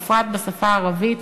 ובפרט בשפה הערבית,